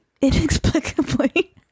inexplicably